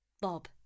Bob